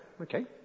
Okay